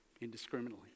indiscriminately